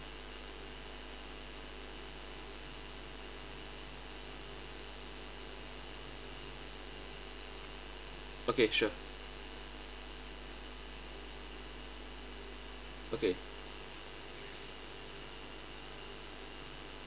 okay sure okay